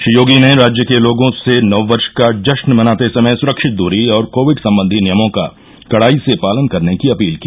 श्री योगी ने राज्य के लोगों से नववर्ष का जश्न मनाते समय सुरक्षित दूरी और कोविड सम्बंधी नियमों का कड़ाई से पालन करने की अपील की